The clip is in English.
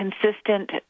consistent